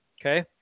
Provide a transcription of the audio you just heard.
Okay